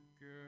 Girl